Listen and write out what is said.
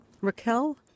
Raquel